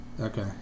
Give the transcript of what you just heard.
Okay